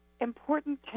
important